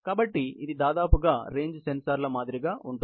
కాబట్టి ఇది దాదాపుగా రేంజ్ సెన్సార్లు మాదిరిగా ఉంటుంది